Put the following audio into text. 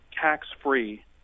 tax-free